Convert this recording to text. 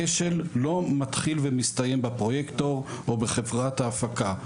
הכשל לא מתחיל ומסתיים בפרויקטור או בחברת ההפקה,